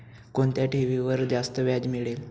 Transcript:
कोणत्या ठेवीवर जास्त व्याज मिळेल?